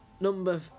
Number